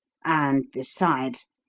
and besides,